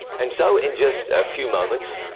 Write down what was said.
and so in just a few moments,